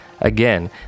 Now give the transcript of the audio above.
Again